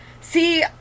see